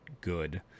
good